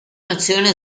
nazione